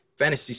fantasy